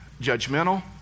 judgmental